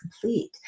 complete